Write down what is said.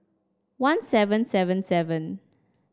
one seven seven seven